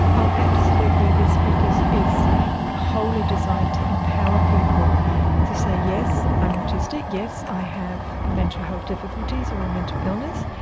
ah absolutely, this book is is wholly designed to empower people to say yes, i'm autistic, yes i have mental health difficulties or a mental illness.